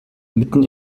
mitten